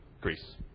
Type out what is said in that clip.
Greece